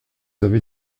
avez